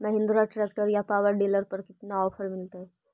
Mahindra tractor या power dealer पर कितना ओफर मीलेतय?